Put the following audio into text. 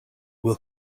will